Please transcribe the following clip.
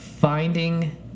finding